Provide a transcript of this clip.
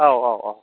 औ औ औ